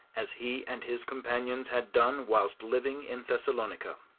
as he and his companions had done whilst living in thessalonica.